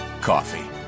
coffee